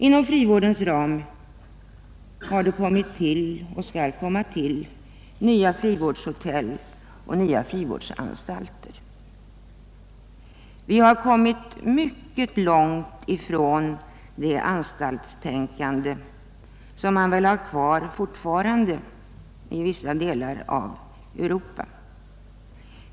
Inom frivårdens ram har det kommit och skall komma till nya frivårdshotell och nya frivårdsanstalter. Vi har kommit mycket långt från det anstaltstänkande som man väl fortfarande har kvar i vissa delar av Europa.